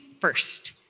first